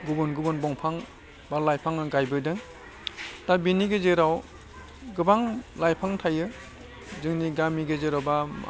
गुबुन गुबुन दंफां बा लाइफां आं गायबोदों दा बेनि गेजेराव गोबां लाइफां थायो जोंनि गामि गेजेराव बा